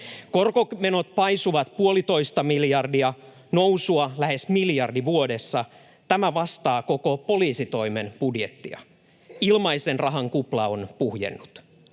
Korkomenot paisuvat puolitoista miljardia, nousua lähes miljardi vuodessa. Tämä vastaa koko poliisitoimen budjettia. Ilmaisen rahan kupla on puhjennut.